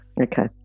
Okay